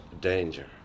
danger